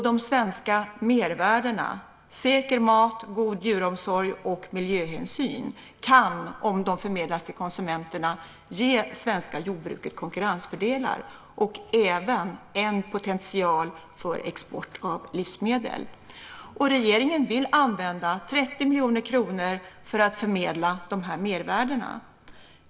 De svenska mervärdena - säker mat, god djuromsorg och miljöhänsyn - kan, om de förmedlas till konsumenterna, ge det svenska jordbruket konkurrensfördelar och även en potential för export av livsmedel. Regeringen vill använda 30 miljoner kronor för att förmedla de mervärdena.